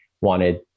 wanted